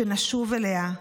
שנשוב אליה,